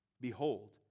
Behold